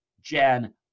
Jan